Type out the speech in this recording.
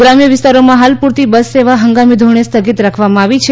ગ્રામ્ય વિસ્તારોમાં હાલ પુરતી બસ સેવા હંગામી ધોરણે સ્થગિત રાખવામાં આવી છે